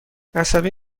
عصبی